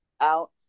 out